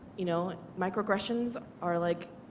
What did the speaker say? you know microaggressions are like